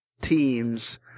teams